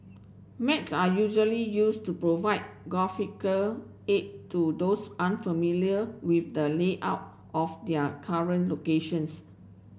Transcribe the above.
maps are usually used to provide aid to those unfamiliar with the layout of their current locations